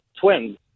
twins